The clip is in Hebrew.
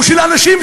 או של אנשים,